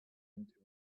into